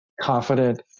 confident